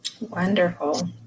Wonderful